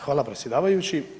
Hvala predsjedavajući.